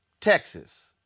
Texas